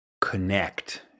connect